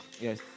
Yes